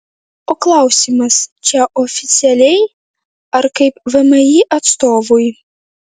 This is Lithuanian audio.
o klausimas čia oficialiai ar kaip vmi atstovui